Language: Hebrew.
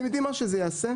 אתם יודעים מה שזה יעשה?